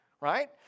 right